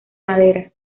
madera